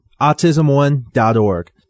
autismone.org